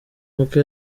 nk’uko